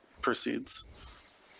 proceeds